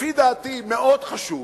לפי דעתי מאוד חשוב,